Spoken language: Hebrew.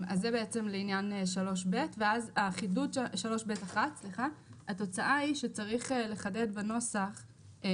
זה לעניין 3ב1, והתוצאה היא שצריך לחדד בנוסח את